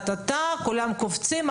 כולם קופצים,